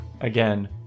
Again